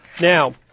Now